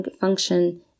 function